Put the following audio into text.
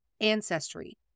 ancestry